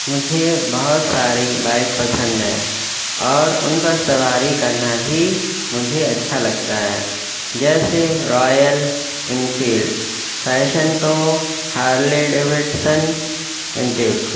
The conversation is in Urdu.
مجھے بہت ساری بائک پسند ہے اور ان پر سواری کرنا بھی مجھے اچھا لگتا ہے جیسے Royal Enfield Passion Pro Harley Davidson